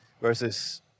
versus